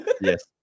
Yes